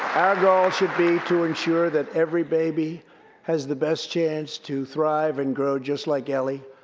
our goal should be to ensure that every baby has the best chance to thrive and grow, just like ellie.